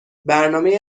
برنامهی